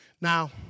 Now